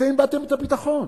אתם איבדתם את הביטחון.